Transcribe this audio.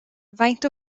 faint